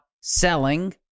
selling